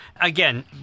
Again